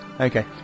Okay